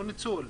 לא ניצול.